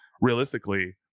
realistically